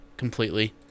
Completely